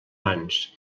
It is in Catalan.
mans